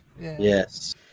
Yes